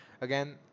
again